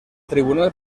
tribunal